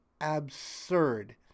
absurd